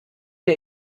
der